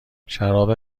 شراب